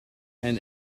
and